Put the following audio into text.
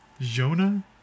Jonah